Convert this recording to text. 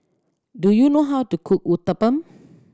do you know how to cook Uthapam